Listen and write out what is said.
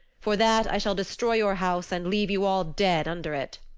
for that i shall destroy your house and leave you all dead under it.